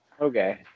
Okay